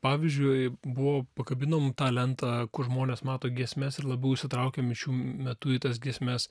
pavyzdžiui buvo pakabinom tą lentą kur žmonės mato giesmes ir labiau įsitraukia mišių metu į tas giesmes